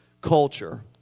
culture